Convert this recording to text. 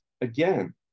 again